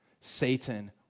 Satan